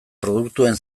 produktuen